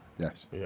Yes